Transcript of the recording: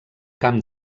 camp